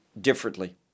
differently